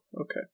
Okay